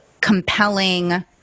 compelling